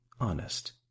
honest